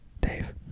Dave